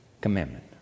commandment